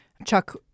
chuck